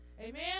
Amen